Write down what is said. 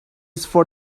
for